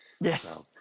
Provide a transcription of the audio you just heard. Yes